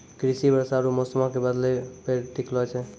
कृषि वर्षा आरु मौसमो के बदलै पे टिकलो छै